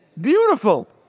Beautiful